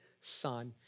son